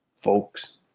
folks